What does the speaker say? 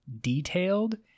detailed